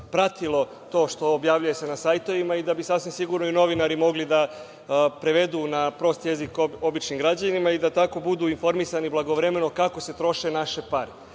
pratilo to što se objavljuje na sajtu i da bi sasvim sigurno i novinari mogli da prevedu na prost jezik običnim građanima i da tako budu informisani blagovremeno kako se troše naše pare. Ne